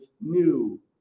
new